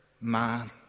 man